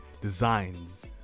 designs